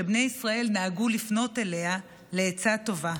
ובני ישראל נהגו לפנות אליה לעצה טובה.